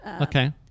Okay